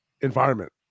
environment